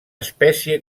espècie